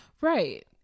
Right